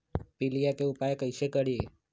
पीलिया के उपाय कई से करी?